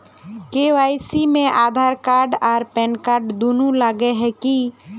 KYC में Aadhaar card आर pan card दुनू लगे है की?